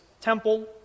temple